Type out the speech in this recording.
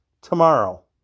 tomorrow